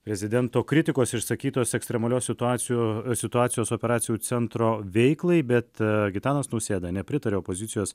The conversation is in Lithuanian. prezidento kritikos išsakytos ekstremalios situacijų situacijos operacijų centro veiklai bet gitanas nausėda nepritarė opozicijos